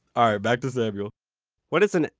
ah back to samuel what is an,